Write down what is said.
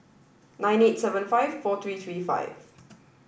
nine eight seven five four three three five